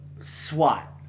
SWAT